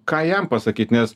ką jam pasakyt nes